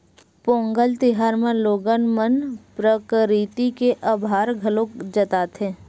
पोंगल तिहार म लोगन मन प्रकरिति के अभार घलोक जताथे